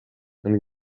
and